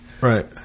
Right